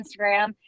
Instagram